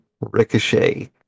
Ricochet